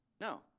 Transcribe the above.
No